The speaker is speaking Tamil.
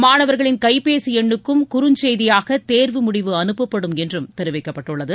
மாணவர்களின் கைப்பேசி எண்ணுக்கும் குறுஞ்செய்தியாக தேர்வு முடிவு அனுப்பப்படும் என்று தெரிவிக்கப்பட்டுள்ளது